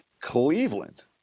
Cleveland